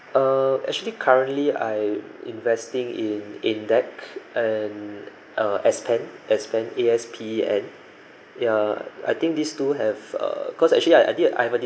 uh actually currently I investing in in deck and uh aspen aspen A_S_P_E_N ya I think these two have uh cause actually I did I had a